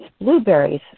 blueberries